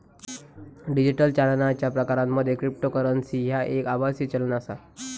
digital चालनाच्या प्रकारांमध्ये cryptocurrency ह्या एक आभासी चलन आसा